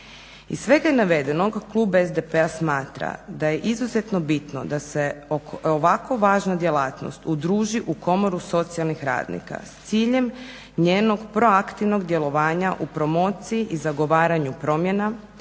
Iz svega navedenog klub SDP-a smatra da je izuzetno bitno da se ovako važna djelatnost udruži u komoru socijalnih radnika s ciljem njenog proaktivnog djelovanja u promociji i zagovaranju promjena,